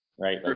Right